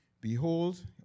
Behold